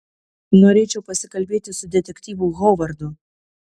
norėčiau pasikalbėti su detektyvu hovardu